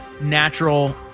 natural